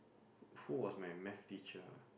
who was my math teacher